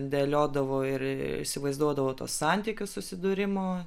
dėliodavau ir įsivaizduodavau tuos santykius susidūrimo